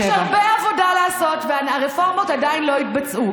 יש הרבה עבודה לעשות, והרפורמות עדיין לא התבצעו,